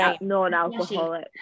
non-alcoholic